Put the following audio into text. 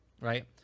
right